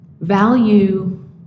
value